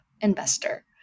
investor